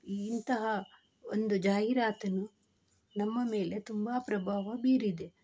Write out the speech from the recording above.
ಇಂತಹ ಒಂದು ಜಾಹೀರಾತನ್ನು ನಮ್ಮ ಮೇಲೆ ತುಂಬ ಪ್ರಭಾವ ಬೀರಿದೆ